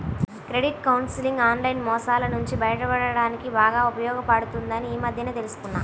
credit counselling online మోసాల నుంచి బయటపడడానికి బాగా ఉపయోగపడుతుందని ఈ మధ్యనే తెల్సుకున్నా